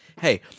Hey